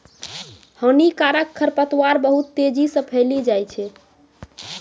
हानिकारक खरपतवार बहुत तेजी से फैली जाय छै